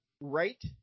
Right